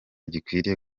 gikwiriye